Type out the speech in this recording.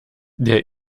der